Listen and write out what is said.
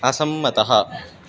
असम्मतः